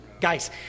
Guys